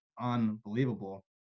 unbelievable